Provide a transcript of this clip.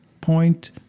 point